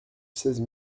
seize